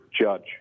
judge